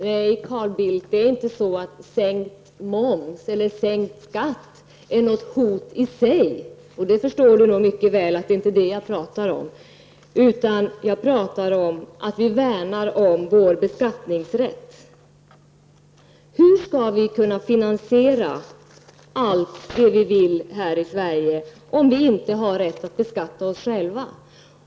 Herr talman! Nej, Carl Bildt, sänkt skatt eller sänkt moms är inte något hot i sig självt. Carl Bildt förstår säkert mycket väl att det inte är den saken jag talar om. Jag talar om att vi värnar om vår beskattningsrätt. Hur skall vi kunna finansiera allt det vi vill här i Sverige om vi inte har rätt att beskatta oss själva?